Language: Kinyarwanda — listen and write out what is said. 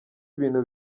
ibintu